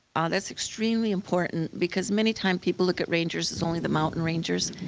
ah that's extremely important, because many times, people look at rangers as only the mountain rangers,